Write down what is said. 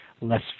less